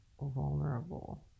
vulnerable